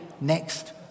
next